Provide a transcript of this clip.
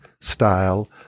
style